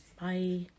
bye